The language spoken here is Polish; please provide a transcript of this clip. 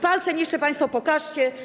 Palcem jeszcze państwo pokażcie.